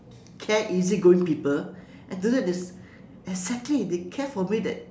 care easygoing people and to know that they exactly they care for me that